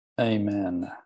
Amen